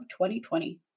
2020